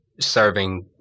serving